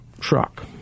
truck